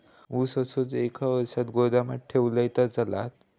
ऊस असोच एक वर्ष गोदामात ठेवलंय तर चालात?